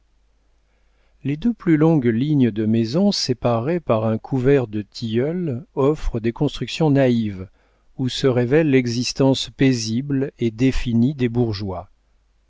les deux plus longues lignes de maisons séparées par un couvert de tilleuls offrent des constructions naïves où se révèle l'existence paisible et définie des bourgeois